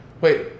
Wait